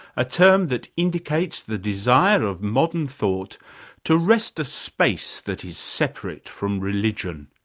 a term that indicates the desire of modern thought to wrest a space that is separate from religion.